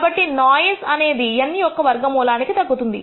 కాబట్టి నోఇస్ అనేది N యొక్క వర్గమూలానికి తగ్గుతుంది